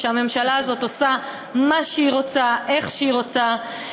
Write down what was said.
שהממשלה הזאת עושה מה שהיא רוצה איך שהיא רוצה.